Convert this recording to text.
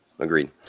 Agreed